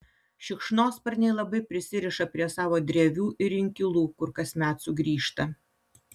šikšnosparniai labai prisiriša prie savo drevių ir inkilų kur kasmet sugrįžta